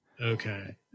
Okay